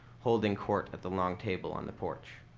holding court at the long table on the porch.